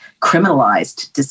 criminalized